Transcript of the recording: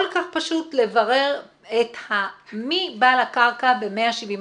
כל כך פשוט לברר מי בעל הקרקע ב-170 התיקים.